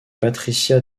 patricia